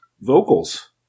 vocals